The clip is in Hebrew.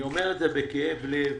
אני אומר את זה בכאב לב.